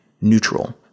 neutral